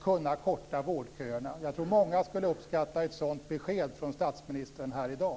kunna korta vårdköerna? Jag tror att många skulle uppskatta ett sådant besked från statsministern här i dag.